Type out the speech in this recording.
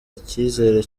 icyizere